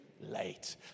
late